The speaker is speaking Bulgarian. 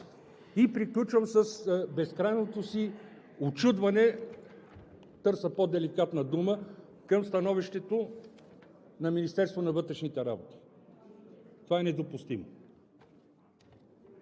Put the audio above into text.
И приключвам с безкрайното си учудване – търся по-деликатна дума към становището на Министерството на вътрешните работи: това е недопустимо.